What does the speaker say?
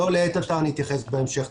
לא לעת עתה, אני אתייחס בהמשך.